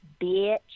bitch